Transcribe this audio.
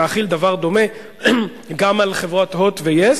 להחיל דבר דומה גם על החברות "הוט" ו-yes,